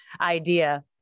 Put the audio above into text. idea